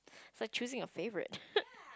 is like choosing a favourite